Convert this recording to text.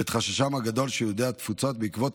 ואת חששם הגדול של יהודי התפוצות בעקבות